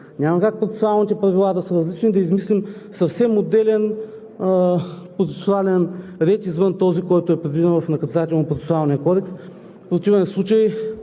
Няма как процесуалните правила да са различни, да измислим съвсем отделен процесуален ред извън този, който е предвиден в